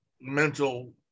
mental